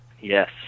yes